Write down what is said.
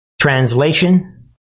Translation